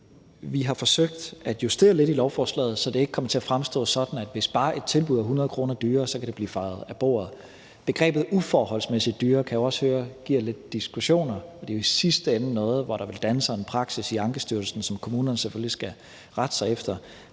Vi har forsøgt at justere lidt i lovforslaget, så det ikke kommer til at fremstå sådan, at et tilbud, hvis det bare er 100 kr. dyrere, kan blive fejet af bordet. Begrebet uforholdsmæssig dyrere kan jeg også høre giver lidt diskussioner, og det er jo i sidste ende noget, hvor der vil danne sig en praksis i Ankestyrelsen, som kommunerne selvfølgelig skal rette sig efter.